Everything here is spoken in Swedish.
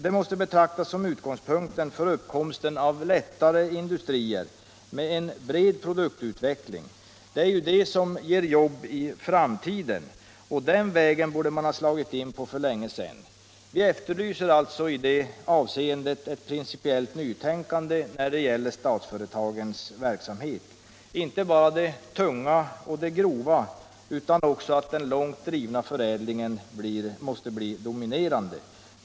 De måste betraktas som utgångspunkten för uppkomsten av lättare industrier med en bred produktutveckling, för det är de som ger jobb i framtiden. Den vägen borde man ha slagit in på för länge sedan. Vi efterlyser där ett principiellt nytänkande när det gäller statsföretagens verksamhet. Det skall inte bara finnas tunga och grova industrier, utan den långt drivna förädlingsindustrin måste bli den dominerande.